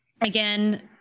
again